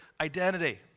identity